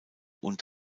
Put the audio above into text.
und